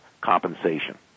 compensation